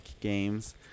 Games